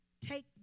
take